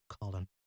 Colin